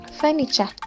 furniture